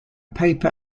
paper